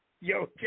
Yo